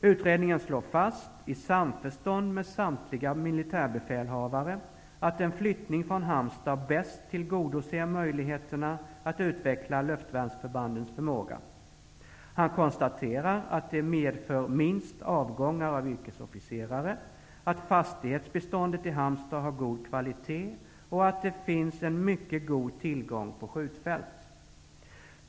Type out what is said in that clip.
Utredaren slår fast, i samförstånd med samtliga militärbefälhavare, att en flyttning till Halmstad bäst tillgodoser möjligheterna att utveckla luftvärnsförbandens förmåga. Han konstaterar att det medför minst avgångar av yrkesofficerare, att fastighetsbeståndet i Halmstad har god kvalitet och att det finns en mycket god tillgång på skjutfält.